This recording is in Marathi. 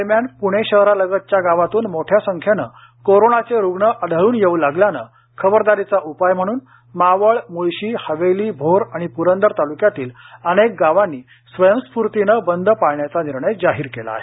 दरम्यान पुणे शहरालगतच्या गावातून मोठ्या संख्येने कोरोनाचे रुग्ण आढळून येऊ लागल्यानं खबरदारीचा उपाय म्हणून मावळ मुळशी हवेली भोर आणि पुरंदर तालुक्यातील अनेक गावांनी स्वयंस्फूर्तीने बंद पाळण्याचा निर्णय जाहीर केला आहे